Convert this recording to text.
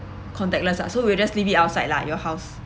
contactless ah so we'll just leave it outside lah your house